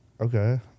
Okay